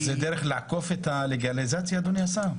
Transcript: אז זאת דרך לעקוף את הלגליזציה, אדוני השר?